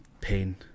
pain